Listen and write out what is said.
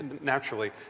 naturally